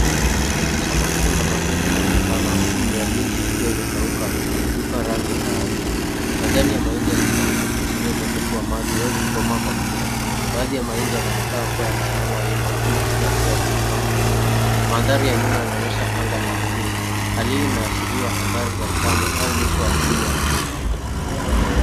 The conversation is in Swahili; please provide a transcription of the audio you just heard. Shamba kubwa la mahindi linaonekana huku mimmea mingi ikiwa imekauka na kukeuka rangi ya kahawia. Majani ya mahindi yamekauka kuashiria ukosefu wa maji au kukomaa kwa mimea. Baadhi ya mahindi yanaonekana kuwa yamesimama wima huku mengine yakiwa yameinama. Mandhari ya nyuma yanaonyesha anga la buluu hali hii inaashiria hatari za ukame au mwisho wa msimu wa kilimo.